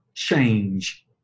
change